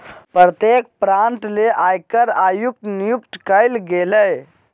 प्रत्येक प्रांत ले आयकर आयुक्त नियुक्त कइल गेलय